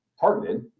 targeted